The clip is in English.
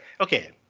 Okay